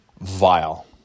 vile